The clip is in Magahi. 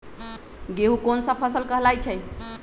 गेहूँ कोन सा फसल कहलाई छई?